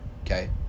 okay